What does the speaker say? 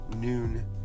noon